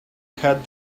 had